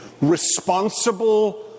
responsible